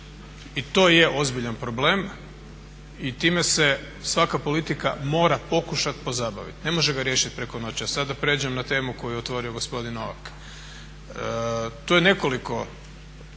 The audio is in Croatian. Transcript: i to je ozbiljan problem i time se svaka politika mora pokušat pozabavit, ne može ga riješiti preko noći. A sada da prijeđem na temu koju je otvorio gospodin Novak. To je nekoliko